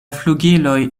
flugiloj